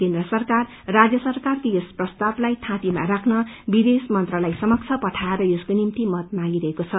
केन्द्र सरकारले राज्य सरकारको यस प्रस्तावलाई थाँतीमा राख्न विदेश मंत्रालय समक्ष पठाएर यसको निम्ति मतम ँगिरहेको छ